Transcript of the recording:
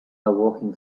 walking